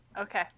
Okay